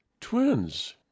twins